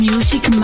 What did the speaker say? Music